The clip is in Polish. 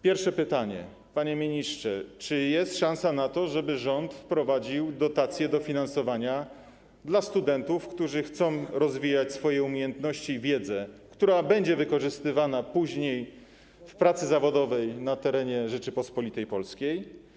Pierwsze pytanie, panie ministrze: Czy jest szansa na to, żeby rząd wprowadził dotacje, dofinansowanie dla studentów, którzy chcą rozwijać swoje umiejętności i wiedzę, która będzie wykorzystywana później w pracy zawodowej na terenie Rzeczypospolitej Polskiej?